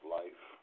life